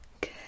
Good